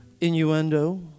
innuendo